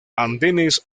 andenes